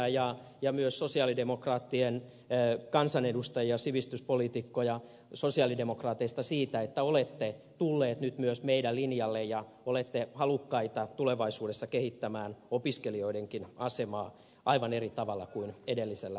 arhinmäkeä ja myös sosi alidemokraattien kansanedustajia sivistyspoliitikkoja sosialidemokraateista siitä että olette tulleet nyt myös meidän linjallemme ja olette halukkaita tulevaisuudessa kehittämään opiskelijoidenkin asemaa aivan eri tavalla kuin edellisellä hallituskaudella